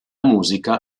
musica